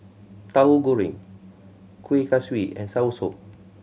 Tahu Goreng Kueh Kaswi and soursop